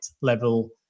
level